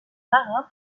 marin